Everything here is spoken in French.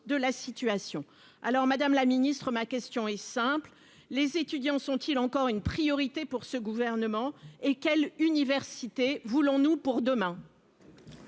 de la situation, alors Madame la ministre, ma question est simple : les étudiants sont-ils encore une priorité pour ce gouvernement et quelle université voulons-nous pour demain.